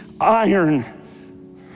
iron